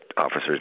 officers